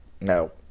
no